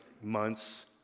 months